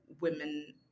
women